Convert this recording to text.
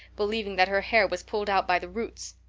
believing that her hair was pulled out by the roots.